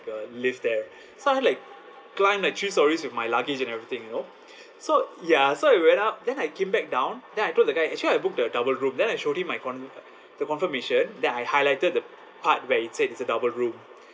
a lift there so I had like climb the three storeys with my luggage and everything you know so ya so I went out then I came back down then I told the guy actually I book the double room then I showed him my con~ the confirmation then I highlighted the part where it said it's a double room